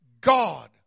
God